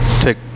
take